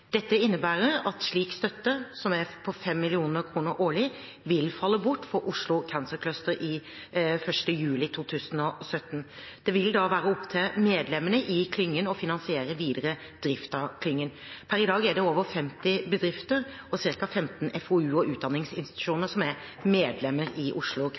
Dette innebærer at slik støtte, som er på 5 mill. kr årlig, vil falle bort for Oslo Cancer Cluster den 1. juli 2017. Det vil da være opp til medlemmene i klyngen å finansiere videre drift av den. Per i dag er det over 50 bedrifter og ca. 15 FoU- og utdanningsinstitusjoner som er medlemmer i Oslo